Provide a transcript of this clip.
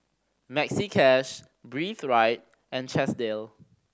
Maxi Cash Breathe Right and Chesdale